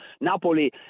Napoli